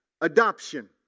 adoption